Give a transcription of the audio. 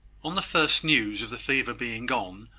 on the first news of the fever being gone,